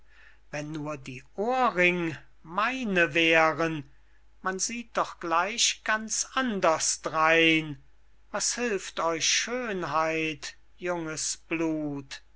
wenn nur die ohrring meine wären man sieht doch gleich ganz anders drein was hilft euch schönheit junges blut